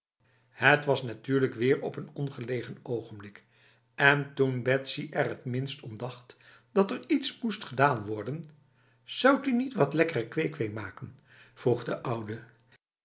het was natuurlijk weer op een ongelegen ogenblik en toen betsy er het minst om dacht dat er iets moest gedaan worden zoudt u niet wat lekkere kwee-kwee maken vroeg de oude